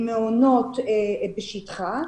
עם מעונות בשטחה,